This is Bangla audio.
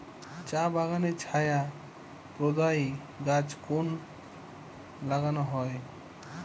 চা বাগানে ছায়া প্রদায়ী গাছ কেন লাগানো হয়?